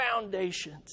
foundations